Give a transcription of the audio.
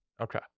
Okay